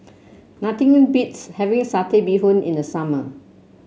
nothing beats having Satay Bee Hoon in the summer